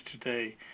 today